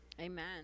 Amen